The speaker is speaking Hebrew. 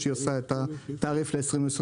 כשהיא מחשבת את התעריף ל-2023,